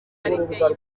y’ibirunga